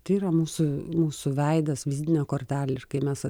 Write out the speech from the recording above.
tai yra mūsų mūsų veidas vizitinė kortelė kai mes